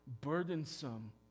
burdensome